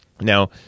Now